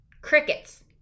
Crickets